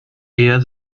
eher